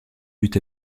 but